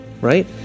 right